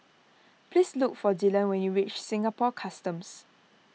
please look for Dillan when you reach Singapore Customs